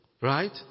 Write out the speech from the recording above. Right